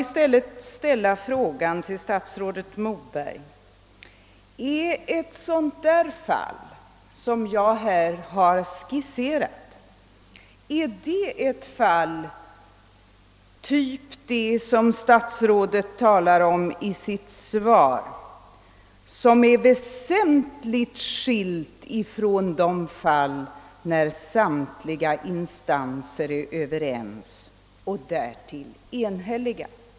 I stället vill jag fråga statsrådet Moberg: Är ett sådant fall som jag här skisserat av den typ statsrådet talar om i sitt svar och som är väsentligt skilt ifrån de fall där samtliga instanser är överens och därtill enhälliga?